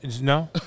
No